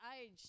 age